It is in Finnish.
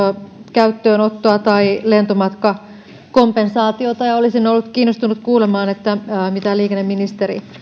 käyttöönottoa tai lentomatkakompensaatiota ja olisin ollut kiinnostunut kuulemaan mitä liikenneministeri